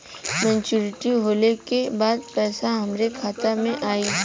Maturity होले के बाद पैसा हमरे खाता में आई?